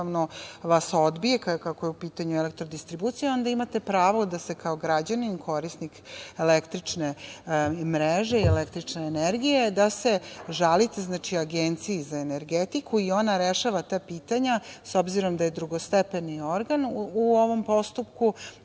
vas odbije, ako je u pitanju EDB onda imate pravo da se kao građanin, korisnik električne mreže i električne energije, da se žalite Agencije za energetiku i ona rešava ta pitanja obzirom da je drugostepeni organ u ovom postupku,